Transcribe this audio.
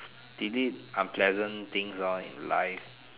delete unpleasant things ah in life